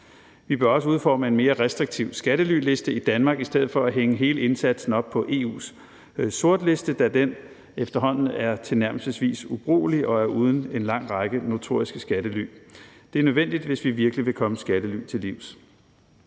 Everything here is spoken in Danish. Vi bør også udforme en mere restriktiv skattelyliste i Danmark i stedet for at hænge hele indsatsen op på EU's sortliste, da den efterhånden er tilnærmelsesvis ubrugelig og er uden en lang række notoriske skattely. Det er nødvendigt, hvis vi virkelig vil komme skattely til livs.